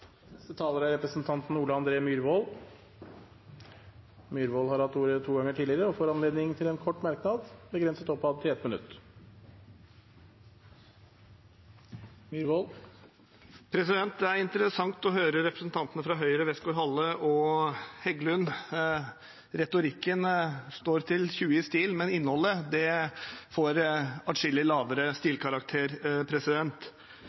Representanten Ole André Myhrvold har hatt ordet to ganger tidligere og får ordet til en kort merknad, begrenset til 1 minutt. Det er interessant å høre representantene fra Høyre, Westgaard-Halle og Heggelund. Retorikken står til 20 i stil, men innholdet får atskillig lavere